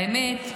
האמת,